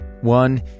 One